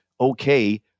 okay